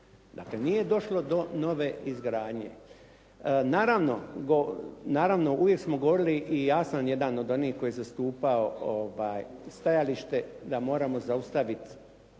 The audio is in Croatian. Dakle, nije došlo do nove izgradnje. Naravno uvijek smo govorili i ja sam jedan od onih koji je zastupao stajalište da moramo zaustaviti